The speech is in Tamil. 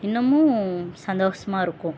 இன்னுமும் சந்தோஷமா இருக்கும்